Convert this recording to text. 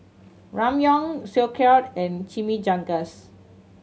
Ramyeon Sauerkraut and Chimichangas